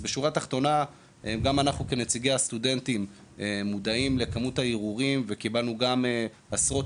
גם אנחנו נציגי הסטודנטים מודעים לכמות הערעורים וקיבלנו גם עשרות,